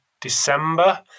December